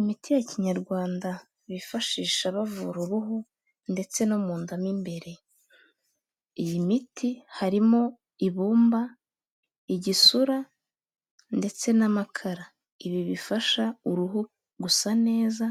Imiti ya kinyarwanda bifashisha bavura uruhu ndetse no mu nda mo imbere, iyi miti harimo: ibumba, igisura ndetse n'amakara, ibi bifasha uruhu gusa neza